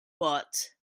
but